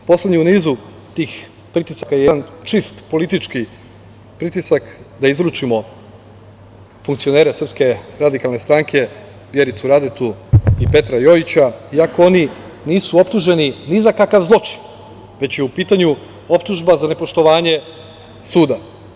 Poslednji u nizu tih pritisaka je jedan čist politički pritisak da izručimo funkcionere SRS Vjericu Radetu i Petra Jojića, iako oni nisu optuženi ni za kakav zločin, već je u pitanju optužba za nepoštovanje suda.